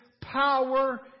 power